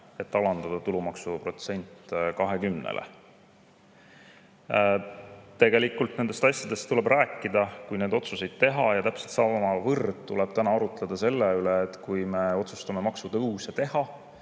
alandada tulumaksuprotsent 20‑le. Tegelikult nendest asjadest tuleb rääkida, kui neid otsuseid tehakse, ja täpselt samavõrd tuleb täna arutleda selle üle, et kui me otsustame maksutõuse teha,